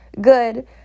Good